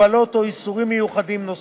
הגבלות או איסורים מיוחדים נוספים,